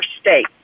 state